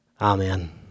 Amen